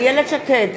נגד עאידה תומא סלימאן,